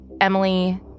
Emily